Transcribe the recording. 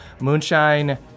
Moonshine